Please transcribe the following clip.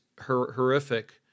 horrific